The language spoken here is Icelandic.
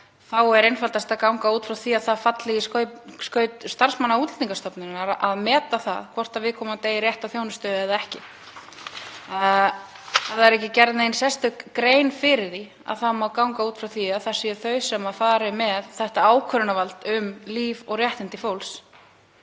þá er einfaldast að ganga út frá því að það falli í skaut starfsmanna Útlendingastofnunar að meta hvort viðkomandi eigi rétt á þjónustu eða ekki. Ef það er ekki gerð nein sérstök grein fyrir því þá má ganga út frá því að það séu þau sem fari með þetta ákvörðunarvald um líf og réttindi fólks.